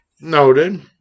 Noted